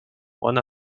one